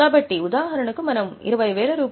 కాబట్టి ఉదాహరణకు మనము రూ